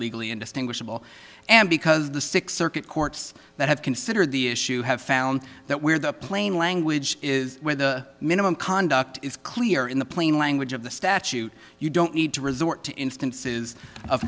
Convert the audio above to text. legally indistinguishable and because the six circuit courts that have considered the issue have found that where the plain language is where the minimum conduct is clear in the plain language of the statute you don't need to resort to instances of